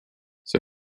see